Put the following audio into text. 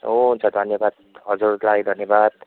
हुन्छ धन्यवाद हजुरलाई धन्यवाद